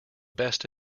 best